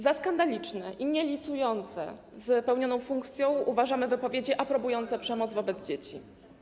Za skandaliczne i nielicujące z pełnioną funkcją uważamy wypowiedzi aprobujące przemoc wobec dzieci.